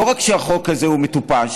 לא רק שהחוק הזה הוא מטופש,